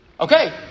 okay